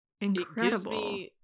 incredible